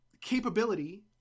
capability